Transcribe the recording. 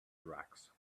drugs